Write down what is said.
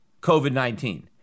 COVID-19